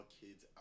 kids